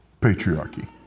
patriarchy